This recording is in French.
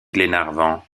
glenarvan